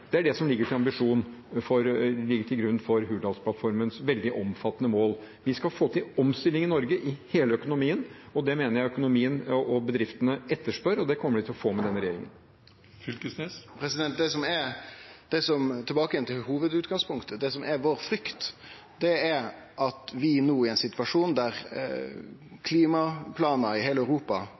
er ambisjonen som ligger til grunn for Hurdalsplattformens veldig omfattende mål. Vi skal få til omstilling i Norge i hele økonomien. Det mener jeg økonomien og bedriftene etterspør, og det kommer de til å få med denne regjeringen. Torgeir Knag Fylkesnes – til oppfølgingsspørsmål. Tilbake til hovudutgangspunktet: Det som er vår frykt, er at vi no – i ein situasjon der klimaplanar i heile Europa